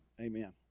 amen